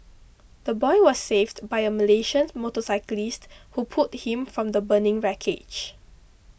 the boy was saved by a Malaysian motorcyclist who pulled him from the burning wreckage